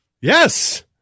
Yes